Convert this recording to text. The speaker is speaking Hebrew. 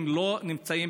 החיים שלהם לא הפקר.